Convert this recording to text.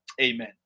Amen